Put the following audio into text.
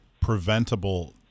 preventable